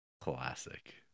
Classic